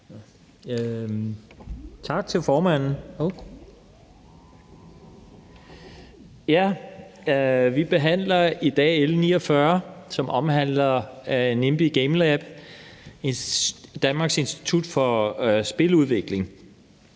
Tak til formanden. Vi behandler i dag L 49, som omhandler Nimbi Gamelab, Danmarks Institut for Spiludvikling.